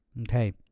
Okay